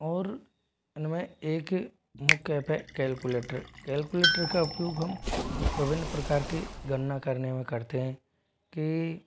और इन में एक मुख्य एप है केलकुलेटर केलकुलेटर का उपयोग हम विभिन्न प्रकार की गणना करने में करते हैं कि